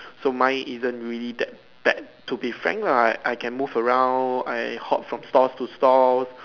so mine isn't really that bad to be frank lah I can move around I hop from stores to stores